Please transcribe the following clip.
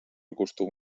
costum